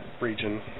region